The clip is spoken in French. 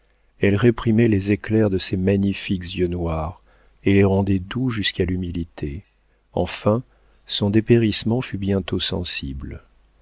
elle réprimait les éclairs de ses magnifiques yeux noirs et les rendait doux jusqu'à l'humilité enfin son dépérissement fut bientôt sensible